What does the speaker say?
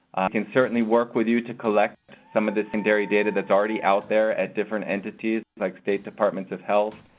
can certainly work with you to collect some of the secondary data that is already out there at different entities, like state departments of health,